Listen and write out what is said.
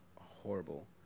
horrible